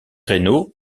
reno